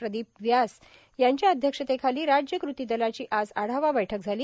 प्रदिप व्यास यांच्या अध्यक्षतेखाली राज्य कृती दलाची आज आढावा बैठक झाली